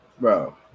bro